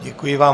Děkuji vám.